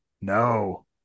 No